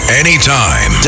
anytime